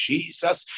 Jesus